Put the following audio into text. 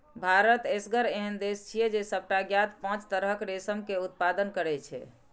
भारत एसगर एहन देश छियै, जे सबटा ज्ञात पांच तरहक रेशम के उत्पादन करै छै